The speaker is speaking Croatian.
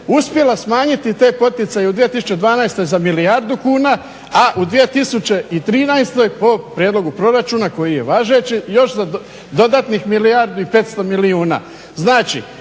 uspjela smanjiti te poticaje. U 2012. za milijardu kuna, a u 2013. po prijedlogu proračuna koji je važeći još za dodatnih milijardu i pol.